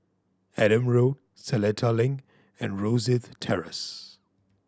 Adam Road Seletar Link and Rosyth Terrace